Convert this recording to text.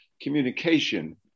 communication